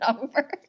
number